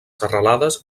serralades